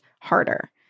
Harder